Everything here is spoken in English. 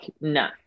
no